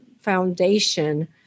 foundation